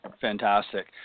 Fantastic